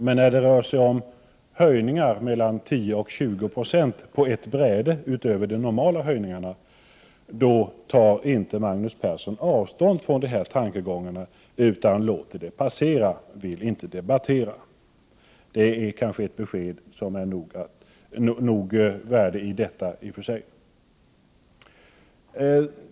Men när det rör sig om höjningar på mellan 10 och 20 96 på ett bräde utöver de normala höjningarna, tar inte Magnus Persson avstånd och vill inte debattera. Men det kanske är ett besked som har ett värde i sig.